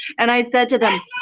and i said to them laughs